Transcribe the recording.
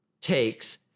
takes